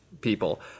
people